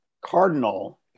cardinal